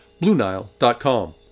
BlueNile.com